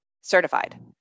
certified